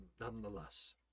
nonetheless